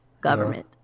government